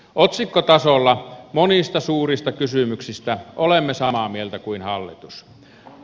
otsikkotasolla monista suurista kysymyksistä olemme samaa mieltä kuin hallitus